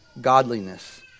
Godliness